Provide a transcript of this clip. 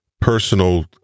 personal